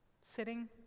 Sitting